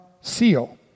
seal